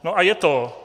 No a je to!